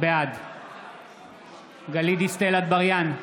בעד גלית דיסטל אטבריאן,